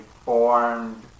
formed